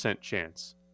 chance